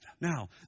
Now